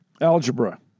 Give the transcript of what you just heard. Algebra